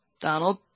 Donald